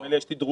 ממילא יש תדרוך.